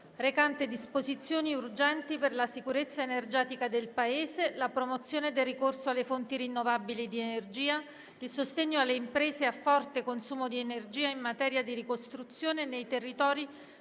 recante disposizioni urgenti per la sicurezza energetica del Paese, la promozione del ricorso alle fonti rinnovabili di energia, il sostegno alle imprese a forte consumo di energia e in materia di ricostruzione nei territori